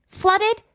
flooded